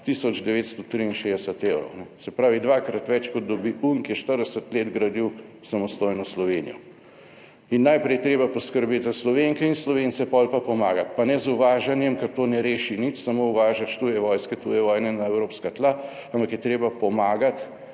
963 evrov, se pravi dvakrat več, kot dobi un, ki je 40 let gradil samostojno Slovenijo. In najprej je treba poskrbeti za Slovenke in Slovence, pol pa pomagati, pa ne z uvažanjem, ker to ne reši nič, samo uvažaš tuje vojske, tuje vojne na evropska tla, ampak je treba pomagati